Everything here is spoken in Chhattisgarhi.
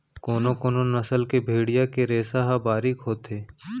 कोनो कोनो नसल के भेड़िया के रेसा ह बारीक होथे